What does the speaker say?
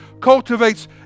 cultivates